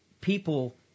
people